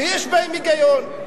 שיש בהם היגיון.